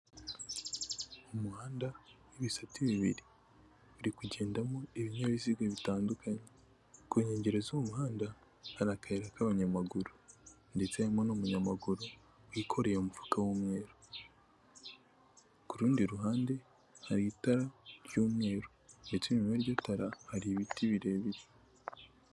Umuhanda w'ibisate bibiri. Uri kugendamo ibinyabiziga bitandukanye. Ku nkengero z'uwo muhanda, hari akayira k'abanyamaguru ndetse harimo n'umunyamaguru wikoreye umufuka w'umweru. Ku rundi ruhande hari itara ry'umweru ndetse inyuma y'iryo tara hari ibiti birebire.